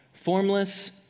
Formless